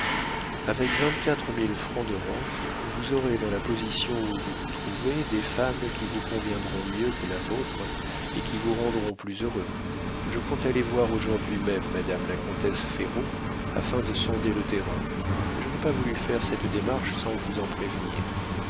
avec vingt-quatre mille francs de rente vous aurez dans la position où vous vous trouvez des femmes qui vous conviendront mieux que la vôtre et qui vous rendront plus heureux je compte aller voir aujourd'hui même madame la comtesse ferraud afin de sonder le terrain mais je n'ai pas voulu faire cette démarche sans vous en prévenir